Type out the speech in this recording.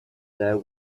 there